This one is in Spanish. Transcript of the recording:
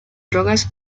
drogas